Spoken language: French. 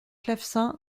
clavecin